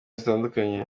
zitandukanye